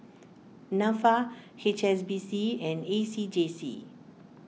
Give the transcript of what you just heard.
Nafa H S B C and A C J C